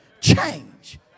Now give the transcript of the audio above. Change